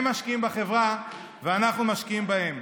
הם משקיעים בחברה ואנחנו משקיעים בהם,